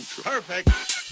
Perfect